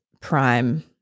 prime